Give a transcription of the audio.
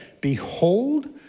behold